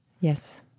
Yes